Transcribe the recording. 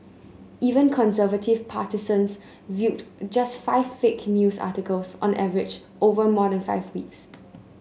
even conservative partisans viewed just five fake news articles on average over more than five weeks